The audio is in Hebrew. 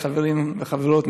חברים וחברות,